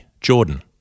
Jordan